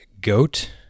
goat